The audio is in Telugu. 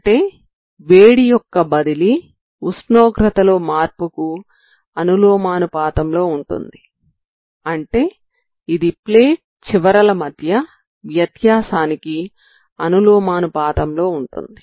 అంటే వేడి యొక్క బదిలీ ఉష్ణోగ్రతలో మార్పుకు అనులోమానుపాతంలో ఉంటుంది అంటే ఇది ప్లేట్ చివరల మధ్య వ్యత్యాసానికి అనులోమానుపాతం లో ఉంటుంది